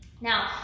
Now